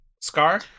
scar